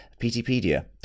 Ptpedia